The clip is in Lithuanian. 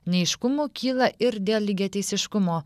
neaiškumų kyla ir dėl lygiateisiškumo